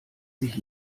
sich